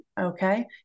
Okay